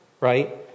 right